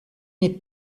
n’es